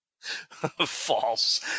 False